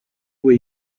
way